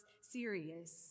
serious